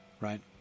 right